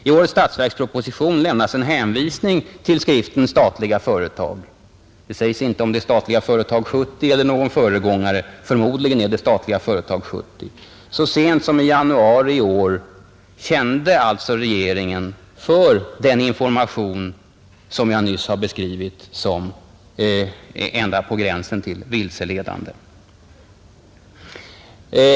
I årets statsverksproposition lämnas en hänvisning till skriften Statliga företag. Det sägs inte om det är Statliga företag 70 eller någon av dess föregångare. Förmodligen är det Statliga företag 70. Så sent som i januari i år hänvisade alltså regeringen till den information som jag nyss har beskrivit som ända på gränsen till vilseledande.